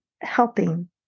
helping